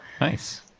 Nice